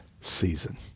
season